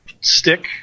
stick